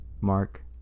Mark